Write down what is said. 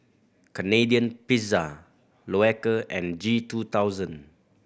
Canadian Pizza Loacker and G two thousand